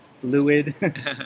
fluid